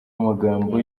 amagambo